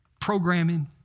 programming